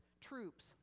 troops